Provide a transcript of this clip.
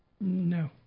No